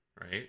right